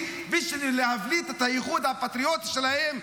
כדי להבליט את הייחוד הפטריוטי שלהם?